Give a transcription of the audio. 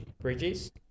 bridges